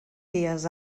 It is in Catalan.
dies